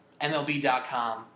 MLB.com